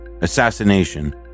Assassination